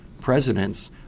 presidents